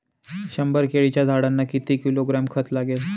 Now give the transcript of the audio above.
शंभर केळीच्या झाडांना किती किलोग्रॅम खत लागेल?